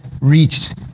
reached